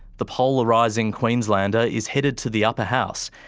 the polarising queenslander is headed to the upper house,